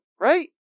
right